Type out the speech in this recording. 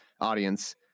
audience